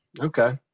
Okay